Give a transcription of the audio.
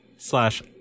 slash